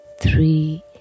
three